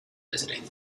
visiting